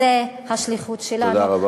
זו השליחות שלנו, תודה רבה.